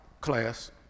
class